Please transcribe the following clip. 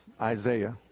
isaiah